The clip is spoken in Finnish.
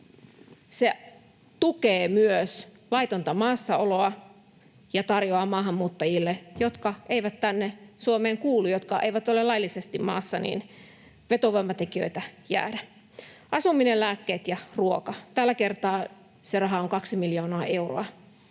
tukee laitonta maassaoloa ja tarjoaa maahanmuuttajille, jotka eivät tänne Suomeen kuulu, jotka eivät ole laillisesti maassa, vetovoimatekijöitä jäädä. Asuminen, lääkkeet ja ruoka, tällä kertaa se raha on kaksi miljoonaa euroa.